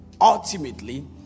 ultimately